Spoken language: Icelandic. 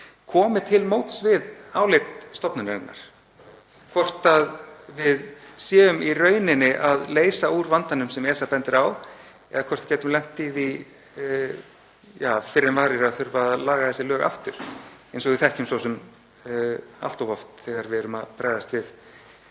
komi til móts við álit stofnunarinnar, hvort við séum í rauninni að leysa úr vandanum sem ESA bendir á eða hvort við gætum lent í því fyrr en varir að þurfa að laga þessi lög aftur, eins og við þekkjum svo sem allt of oft þegar við erum að bregðast við